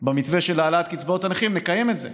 במתווה של העלאת קצבאות הנכים, אנחנו נקיים את זה.